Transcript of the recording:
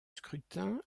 scrutin